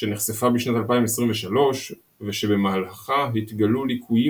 שנחשפה בשנת 2023 ושבמהלכה התגלו ליקויים